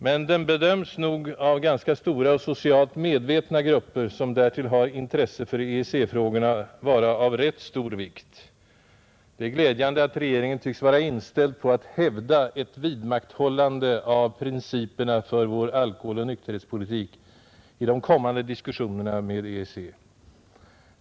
Men den bedöms nog av ganska stora och socialt medvetna grupper, som därtill har intresse för EEC-frågorna, vara av rätt stor vikt. Det är glädjande att regeringen tycks vara inställd på att ”hävda” ett vidmakthållande av principerna för vår alkoholoch nykterhetspolitik i de kommande diskussionerna med EEC.